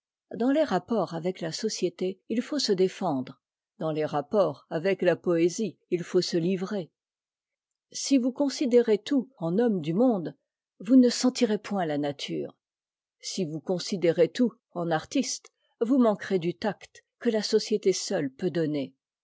dans les rapports avec la société il faut se défendre dans les rapports avec la poésie il faut se livrer si vous considérez tout en homme du monde vous ne sentirez point la nature si vous considérez tout en artiste vous manquerez du tact que la société seule peut donner